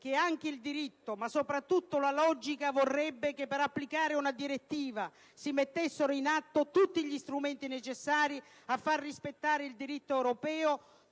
che anche il diritto, ma soprattutto la logica, vorrebbe che, per applicare una direttiva, si mettessero in atto tutti gli strumenti necessari a far rispettare il diritto europeo,